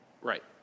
Right